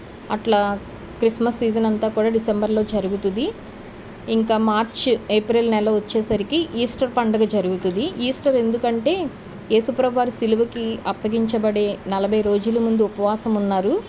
అట్లా Christmas season అంతా కూడా డిసెంబర్లో జరుగుతుంది ఇంకా మార్చ్ ఏప్రిల్ నెల వచ్చేసరికి ఈస్టర్ పండుగ జరుగుతుంది ఈస్టర్ ఎందుకంటే యేసు ప్రభువారు సిలువకి అప్పగించబడే నలభై రోజులు ముందు ఉపవాసం ఉన్నారు